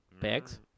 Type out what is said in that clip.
Bags